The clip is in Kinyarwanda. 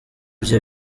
bye